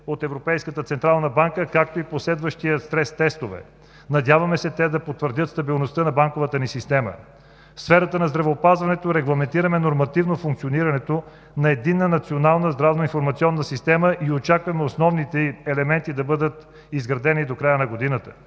от Европейската централна банка, както и последващи стрес тестове. Надяваме се те да потвърдят стабилността на банковата ни система. В сферата на здравеопазването регламентираме нормативно функционирането на Единна национална здравно-информационна система и очакваме основните ù елементи да бъдат изградени до края на годината.